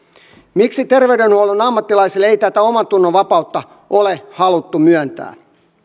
miksi terveydenhuollon ammattilaisille ei tätä omantunnonvapautta ole haluttu myöntää